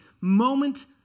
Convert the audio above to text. moment